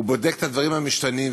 הוא בודק את הדברים המשתנים,